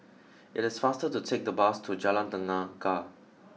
it is faster to take the bus to Jalan Tenaga